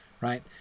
Right